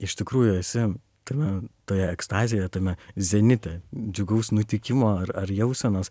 iš tikrųjų esi tame toje ekstazėje tame zenite džiugaus nutikimo ar ar jausenos